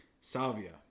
Salvia